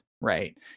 Right